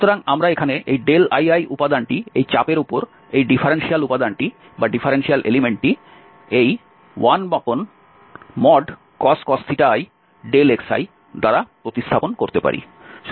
সুতরাং আমরা এখানে এই li উপাদানটি এই চাপের উপর এই ডিফারেনশিয়াল উপাদানটি এই 1cos i xi দ্বারা প্রতিস্থাপন করতে পারি